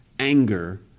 anger